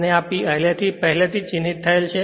અને આ P પહેલેથી અહીં ચિહ્નિત થયેલ છે